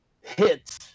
hits